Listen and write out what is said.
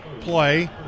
play